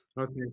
Okay